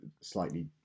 slightly